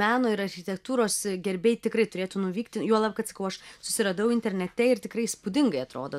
meno ir architektūros gerbėjai tikrai turėtų nuvykti juolab kad aš susiradau internete ir tikrai įspūdingai atrodo